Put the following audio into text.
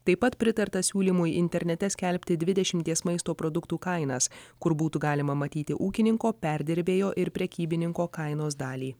taip pat pritarta siūlymui internete skelbti dvidešimties maisto produktų kainas kur būtų galima matyti ūkininko perdirbėjo ir prekybininko kainos dalį